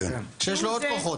כן, שיש לו עוד כוחות.